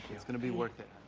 it's gonna be worth it.